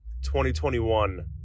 2021